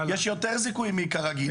יש יותר זיכויים מכרגיל, נכון?